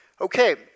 Okay